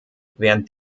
während